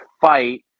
fight